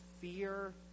fear